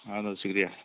اَہَن حظ شُکرِیا